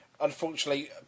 unfortunately